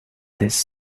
this